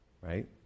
Right